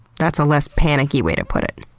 that's a less panicky way to put it.